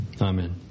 amen